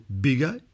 bigger